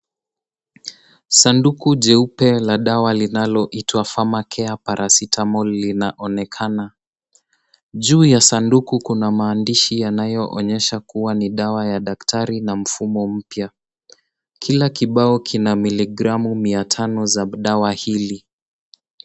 Sanduku jeupe la dawa linaloitwa, pharmacare Paracetamol, linaonekana. Juu ya sanduku kuna maandishi yanayoonyesha kuwa ni dawa ya daktari na mfumo mpya. Kila kibao kina miligramu mia tano za dawa hili.